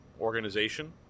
organization